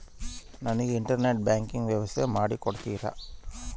ನನಗೆ internet banking ವ್ಯವಸ್ಥೆ ಮಾಡಿ ಕೊಡ್ತೇರಾ?